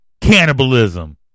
cannibalism